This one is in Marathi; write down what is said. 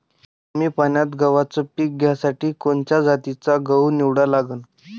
कमी पान्यात गव्हाचं पीक घ्यासाठी कोनच्या जातीचा गहू निवडा लागन?